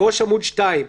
בראש עמוד 2: